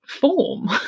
form